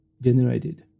generated